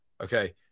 Okay